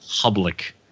public